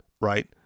Right